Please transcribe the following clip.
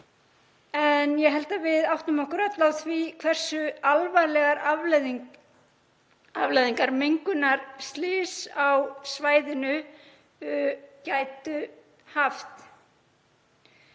Ég held að við áttum okkur öll á því hversu alvarlegar afleiðingar mengunarslys á svæðinu gætu haft.